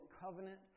covenant